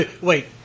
Wait